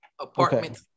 Apartment